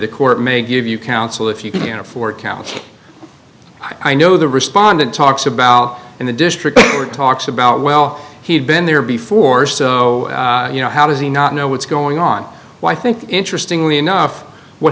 the court may give you counsel if you can afford couch i know the respondent talks about in the district talks about well he had been there before so you know how does he not know what's going on why i think interesting enough what